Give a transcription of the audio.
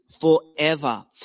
forever